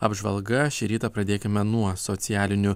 apžvalga šį rytą pradėkime nuo socialinių